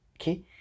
okay